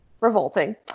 revolting